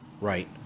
Right